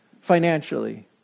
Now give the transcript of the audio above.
Financially